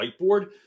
whiteboard